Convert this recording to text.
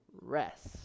rest